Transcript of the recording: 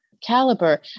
Caliber